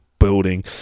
building